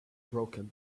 broken